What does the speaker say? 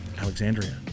Alexandria